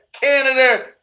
Canada